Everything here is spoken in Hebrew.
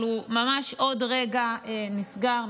אבל הוא ממש עוד רגע נסגר,